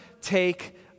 take